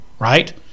right